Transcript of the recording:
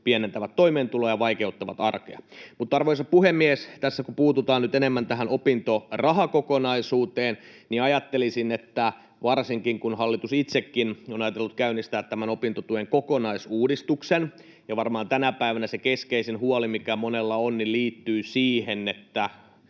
pienentävät toimeentuloa ja vaikeuttavat arkea. Arvoisa puhemies! Tässä kun puututaan nyt enemmän tähän opintorahakokonaisuuteen, niin ajattelisin, että varsinkin kun hallitus itsekin on ajatellut käynnistää tämän opintotuen kokonaisuudistuksen ja varmaan tänä päivänä se keskeisin huoli, mikä monella on, liittyy siihen, että